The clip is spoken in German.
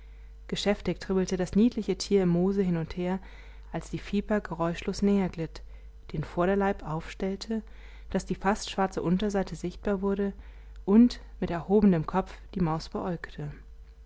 geschäftig trippelte das niedliche tier im moose hin und her als die viper geräuschlos näherglitt den vorderleib aufstellte daß die fast schwarze unterseite sichtbar wurde und mit erhobenem kopf die maus